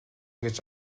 гэж